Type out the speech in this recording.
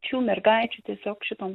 čių mergaičių tiesiog šitom